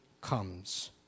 comes